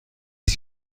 است